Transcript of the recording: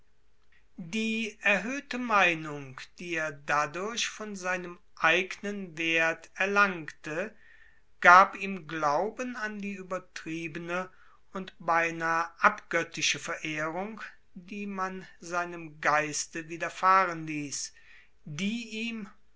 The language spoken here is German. die erhöhte meinung die er dadurch von seinem eignen wert erlangte gab ihm glauben an die übertriebene und beinahe abgöttische verehrung die man seinem geiste widerfahren ließ die ihm